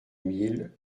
mille